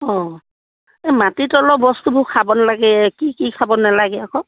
অঁ এই মাটিৰ তলৰ বস্তুবোৰ খাব নালাগে কি কি খাব নেলাগে আকৌ